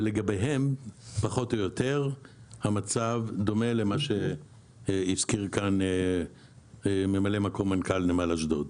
ולגביה פחות או יותר המצב דומה למה שהזכיר כאן ממלא מקום נמל אשדוד.